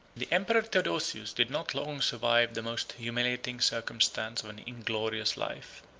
the emperor theodosius did not long survive the most humiliating circumstance of an inglorious life.